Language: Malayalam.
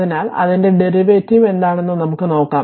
അതിനാൽ അതിന്റെ ഡെറിവേറ്റീവ് എന്താണെന്നു നമുക്ക് നോക്കാം